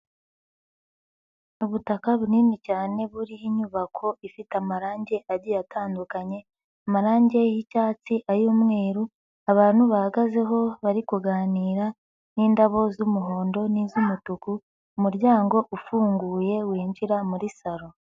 Ubutaka bunini cyane buriho inyubako ifite amarangi agiye atandukanye, amarangi y'icyatsi, ay'umweru, abantu bahagazeho bari kuganira n'indabo z'umuhondo n'iz'umutuku, umuryango ufunguye winjira muri salo.